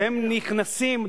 שהם נכנסים,